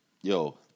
Yo